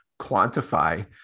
quantify